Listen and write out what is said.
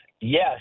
yes